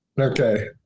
Okay